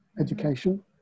education